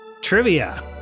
Trivia